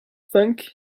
funk